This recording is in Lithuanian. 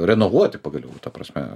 renovuoti pagaliau ta prasme